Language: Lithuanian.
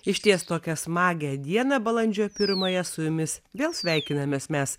išties tokią smagią dieną balandžio pirmąją su jumis vėl sveikinamės mes